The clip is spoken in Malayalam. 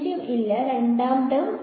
0 ഇല്ല രണ്ടാം ടേം